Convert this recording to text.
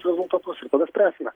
rezultatus ir tada spręsime